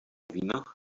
wino